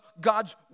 God's